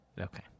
Okay